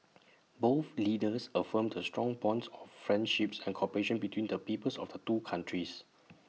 both leaders affirmed the strong bonds of friendship and cooperation between the peoples of the two countries